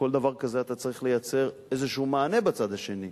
כל דבר כזה צריך לייצר מענה בצד השני.